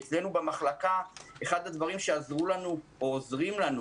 אצלנו במחלקה אחד הדברים שעזרו לנו או עוזרים לנו